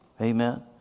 Amen